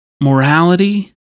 morality